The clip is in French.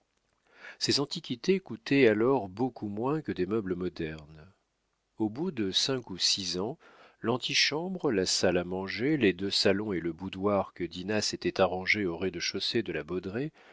ces antiquités coûtaient alors beaucoup moins que des meubles modernes au bout de cinq ou six ans l'antichambre la salle à manger les deux salons et le boudoir que dinah s'était arrangés au rez-de-chaussée de la